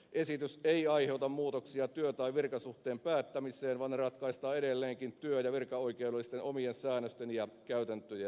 esitys ei aiheuta muutoksia työ tai virkasuhteen päättämiseen vaan ne ratkaistaan edelleenkin työ ja virkaoikeudellisten omien säännösten ja käytäntöjen mukaan